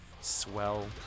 swell